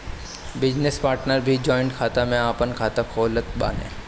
business partner भी joint खाता में आपन खाता खोलत बाने